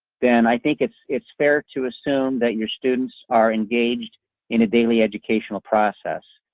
then i think it's it's fair to assume that your students are engaged in a daily educational process.